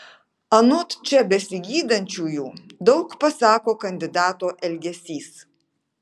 anot čia besigydančiųjų daug pasako kandidato elgesys